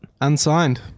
unsigned